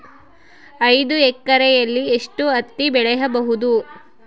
ಐದು ಎಕರೆಯಲ್ಲಿ ಎಷ್ಟು ಹತ್ತಿ ಬೆಳೆಯಬಹುದು?